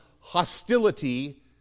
hostility